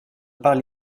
parle